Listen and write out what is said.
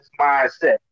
mindset